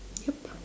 yup